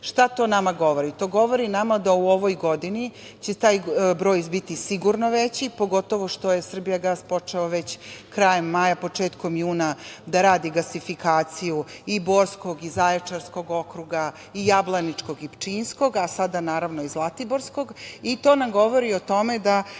to nama govori? To nama govori da će u ovoj godini taj broj biti sigurno veći, pogotovo što je „Srbijagas“ već počeo krajem maja, početkom juna da radi gasifikaciju i Borskog i Zaječarskog okruga i Jablaničkog i Pčinjskog, a sada i Zlatiborskog i to nam govori o tome da